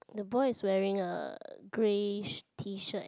the boy is wearing a grey sh~ tee shirt and